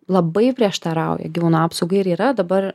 labai prieštarauja gyvūnų apsaugai ir yra dabar